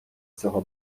цього